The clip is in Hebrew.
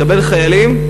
תקבל חיילים,